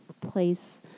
place